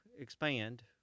expand